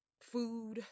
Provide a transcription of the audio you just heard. food